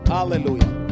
Hallelujah